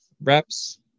reps